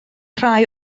rhai